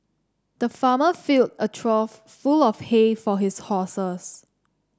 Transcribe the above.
the farmer filled a trough full of hay for his horses